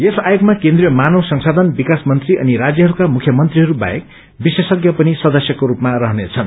यस आयोगमा केन्द्रीय मानव संशाधन विकास मन्त्री अनि राष्यहरूका मुख्यमन्त्रीहरू बाहेक विशेषज्ञ पनि सदस्यको रूपमा रहनेछन्